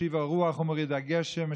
"משיב הרוח ומוריד הגשם",